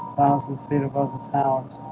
thousand feet above the towers